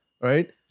Right